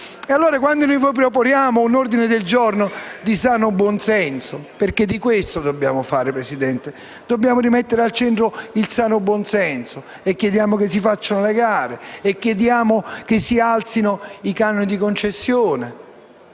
qui! Noi proponiamo un ordine del giorno di sano buonsenso - perché questo dobbiamo fare, signor Presidente: dobbiamo rimettere al centro il sano buonsenso - in cui chiediamo che si facciano le gare, che si alzino i canoni di concessione